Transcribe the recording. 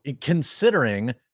considering